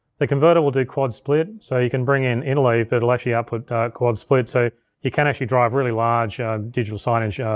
the converter will do quad split, so you can bring in interlay but it'll actually output quad split so you can actually drive really large digital signage, ah